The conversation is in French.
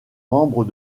membres